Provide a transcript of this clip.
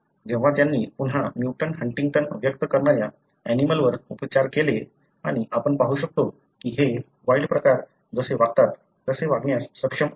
जेव्हा त्यांनी पुन्हा म्युटंट हंटिंग्टन व्यक्त करणाऱ्या ऍनिमलंवर उपचार केले आणि आपण पाहू शकतो की ते वाइल्ड प्रकार जसे वागतात तसे वागण्यास सक्षम आहेत